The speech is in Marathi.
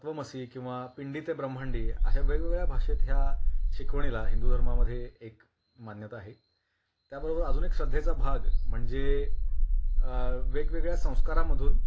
तत्वमसी किंवा पिंडी ते ब्रह्मांडी अशा वेगवेगळ्या भाषेत ह्या शिकवणीला हिंदू धर्मामध्ये एक मान्यता आहे त्याबरोबर अजून एक श्रद्धेचा भाग म्हणजे वेगवेगळ्या संस्कारांमधून